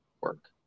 work